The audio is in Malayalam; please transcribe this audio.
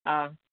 ആ